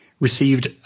received